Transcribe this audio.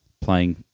playing